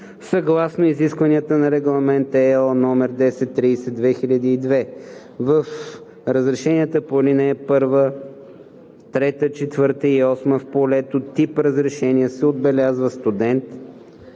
съгласно изискванията на Регламент (ЕО) № 1030/2002. В разрешенията по ал. 1, 3, 4 и 8 в полето „тип разрешение“ се отбелязва „студент“,